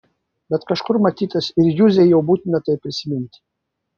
bet kažkur matytas ir juzei jau būtina tai prisiminti